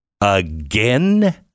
again